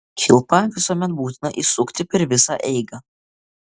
kilpą visuomet būtina įsukti per visą eigą